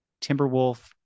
Timberwolf